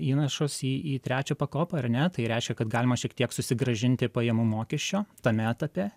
įnašus į į trečią pakopą ar ne tai reiškia kad galima šiek tiek susigrąžinti pajamų mokesčio tame etape